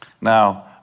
Now